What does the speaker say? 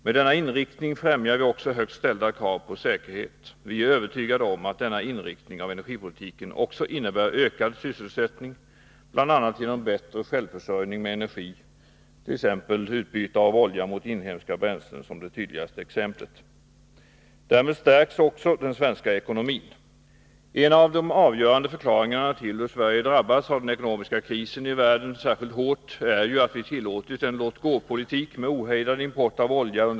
Med denna inriktning främjar vi också högt ställda krav på säkerhet. Vi är övertygade om att denna inriktning av energipolitiken också innebär ökad sysselsättning, bl.a. genom bättre självförsörjning med energi. Utbyte av olja mot inhemska bränslen är här det tydligaste exemplet. Därmed stärks också den svenska ekonomin. En av de avgörande förklaringarna till att Sverige särskilt hårt har drabbats av den ekonomiska krisen i världen är att vi under hela efterkrigstiden tillåtit en låtgåpolitik med ohejdad import av olja.